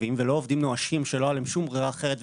טובים ולא עובדים נואשים שלא הייתה להם שום ברירה אחרת,